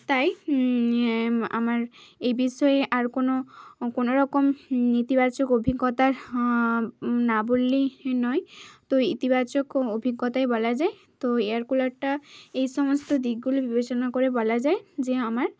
তাই ইয়ে আমার এই বিষয়ে আর কোনো কোনো রকম নেতিবাচক অভিজ্ঞতার না বললেই নয় তো ইতিবাচক অভিজ্ঞতাই বলা যায় তো এয়ার কুলারটা এই সমস্ত দিকগুলো বিবেচনা করে বলা যায় যে আমার